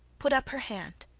put up her hand,